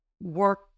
work